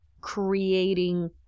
creating